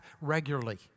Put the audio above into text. regularly